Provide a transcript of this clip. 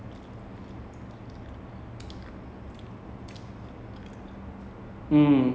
orh is damn nice it's really damn nice I don't know how they make it நம்ம பண்ற:namma pandra biryani எல்லாம் அவங்க அளவு வரவே வராது:ellaam avanga alavu varavae varaathu